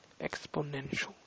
exponential